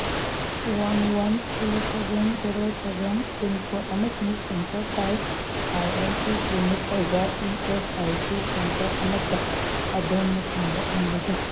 one one three seven zero seven pincode ꯑꯃꯁꯨꯡ centre type I M P clinic ꯑꯣꯏꯕ E S I C centre ꯑꯃꯠꯇ ꯑꯗꯣꯝꯅ ꯐꯪꯕ ꯉꯝꯒꯗ꯭ꯔ